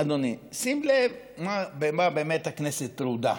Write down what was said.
אדוני, שים לב במה באמת הכנסת טרודה: